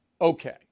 Okay